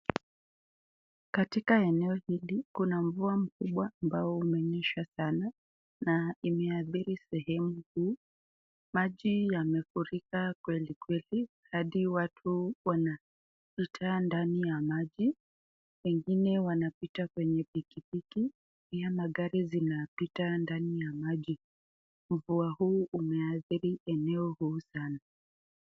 Katika eneo hili kuna mvua mkubwa ambao umenyesha sana na imeadhiri sehemu huu, maji yamefurika kweli kweli hadi watu wanapita ndani ya maji wengine wanapita kwenye pikipiki pia magari zinapita ndani ya maji, mvua huu umeadhiria eneo huu sana.